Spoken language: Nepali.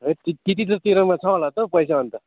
हैत त्यति त तेरोमा छ होला त हौ पैसा अन्त